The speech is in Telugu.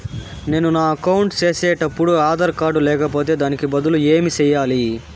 నేను నా అకౌంట్ సేసేటప్పుడు ఆధార్ కార్డు లేకపోతే దానికి బదులు ఏమి సెయ్యాలి?